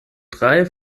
drei